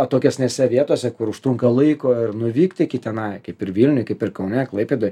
atokesnėse vietose kur užtrunka laiko ir nuvykti iki tenai kaip ir vilniuj kaip ir kaune klaipėdoj